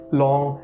long